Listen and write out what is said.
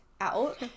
out